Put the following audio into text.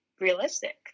realistic